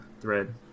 thread